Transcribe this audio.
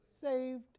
saved